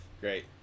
Great